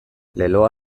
leloa